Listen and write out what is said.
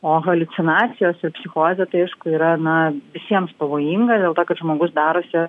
o haliucinacijos ir psichozė tai aišku yra na visiems pavojinga dėl to kad žmogus darosi